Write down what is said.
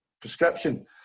prescription